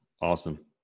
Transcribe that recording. Awesome